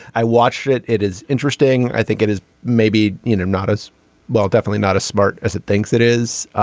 i watch it. it is interesting. i think it is maybe you know not as well definitely not as smart as it thinks it is.